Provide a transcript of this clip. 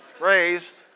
raised